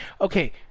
Okay